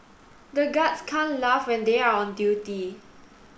the guards can't laugh when they are on duty